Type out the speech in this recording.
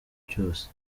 cyose